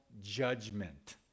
judgment